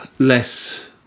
less